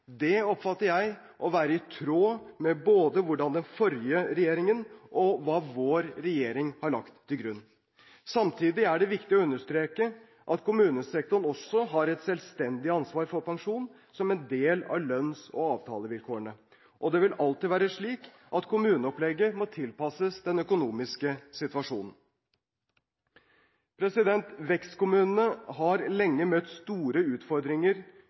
Det oppfatter jeg å være i tråd med hva både den forrige regjeringen og vår regjering har lagt til grunn. Samtidig er det viktig å understreke at kommunesektoren også har et selvstendig ansvar for pensjon, som en del av lønns- og avtalevilkårene. Og det vil alltid være slik at kommuneopplegget må tilpasses den økonomiske situasjonen. Vekstkommunene har lenge møtt store utfordringer